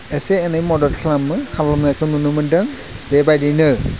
एसे एनै मदद खालामो खालामनायखौ नुनो मोन्दों बेबायदिनो